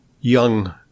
young